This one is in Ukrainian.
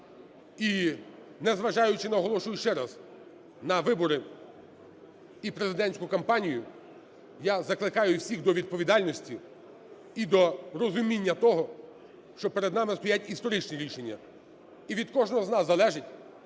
І незважаючи, наголошую ще раз, на вибори і президентську кампанію, я закликаю всіх до відповідальності і до розуміння того, що перед нами стоять історичні рішення, і від кожного з нас залежить